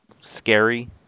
scary